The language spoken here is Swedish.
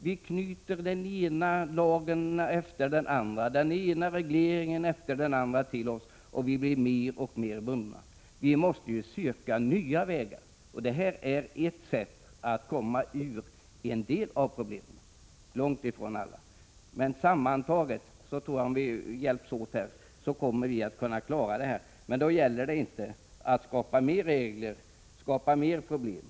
Vi knyter den ena lagen efter den andra, den ena regleringen efter den andra till oss, och vi blir mer och mer bundna. Vi måste söka nya vägar. Det här är ett sätt att komma ur en del av problemen — långtifrån alla. Om vi hjälps åt kommer vi att kunna klara av det här, men då får man inte skapa fler regler och fler problem.